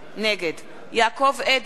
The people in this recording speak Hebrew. נגד יעקב אדרי,